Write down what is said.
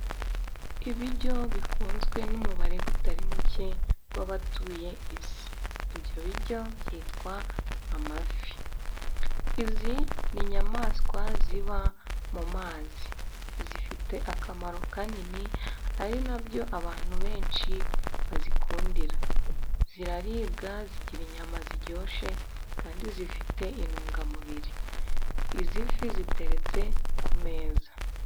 Ibiryo bikunzwe n'umubare utari muke w'abatuye isi. Ibyo biryo byitwa amafi, izi ni inyamaswa ziba mu mazi zifite akamaro kanini, ari na byo abantu benshi bazikundira. Ziraribwa, zigira inyama ziryoshye kandi zifite intungamubiri. Izi fi ziteretse ku meza.